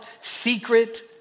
secret